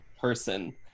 person